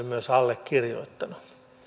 myös allekirjoittanut